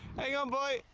hang on, boy!